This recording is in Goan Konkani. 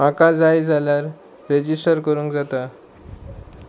म्हाका जाय जाल्यार रेजिस्टर करूंक जाता